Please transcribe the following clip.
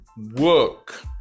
work